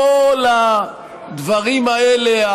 כל הדברים האלה,